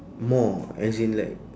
more as in like